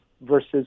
versus